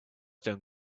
don‘t